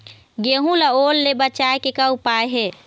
गेहूं ला ओल ले बचाए के का उपाय हे?